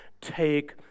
take